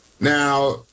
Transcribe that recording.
Now